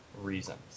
reasons